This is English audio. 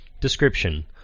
Description